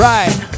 Right